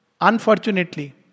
unfortunately